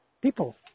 people